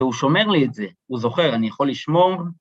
והוא שומר לי את זה, הוא זוכר, אני יכול לשמור.